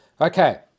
Okay